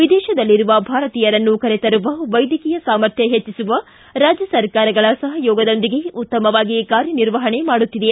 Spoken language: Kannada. ವಿದೇತದಲ್ಲಿರುವ ಭಾರತೀಯರನ್ನು ಕರೆ ತರುವ ವೈದ್ಯಕೀಯ ಸಾಮರ್ಥ್ಯ ಹೆಚ್ಚಿಸುವ ರಾಜ್ಯ ಸರ್ಕಾರಗಳ ಸಹಯೋಗದೊಂದಿಗೆ ಉತ್ತಮವಾಗಿ ಕಾರ್ಯನಿರ್ವಪಣೆ ಮಾಡುತ್ತಿದೆ